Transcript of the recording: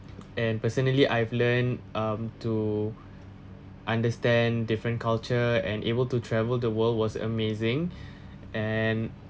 and personally I've learn um to understand different culture and able to travel the world was amazing and